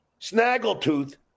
Snaggletooth